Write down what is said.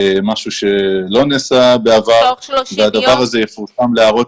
משהו שלא נעשה בעבר והדבר הזה יפורסם להערות